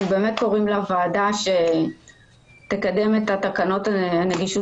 אנחנו קוראים לוועדה שתקדם את תקנות הנגישות